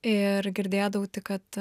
ir girdėdavau tik kad